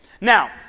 Now